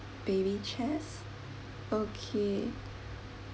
baby chairs okay